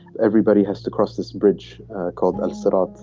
everybody has to cross this bridge called unsterile.